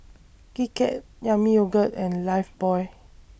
Kit Kat Yami Yogurt and Lifebuoy